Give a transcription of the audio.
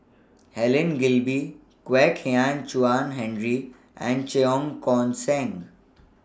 Helen Gilbey Kwek Hian Chuan Henry and Cheong Koon Seng